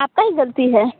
आपका ही गलती है